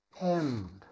end